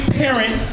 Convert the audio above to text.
parent